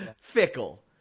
Fickle